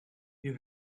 you